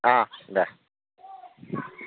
अ दे